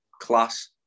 class